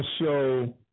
show